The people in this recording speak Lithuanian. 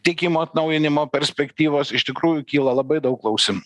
tiekimo atnaujinimo perspektyvos iš tikrųjų kyla labai daug klausimų